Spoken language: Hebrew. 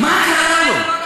מה קרה לו?